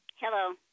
Hello